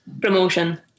promotion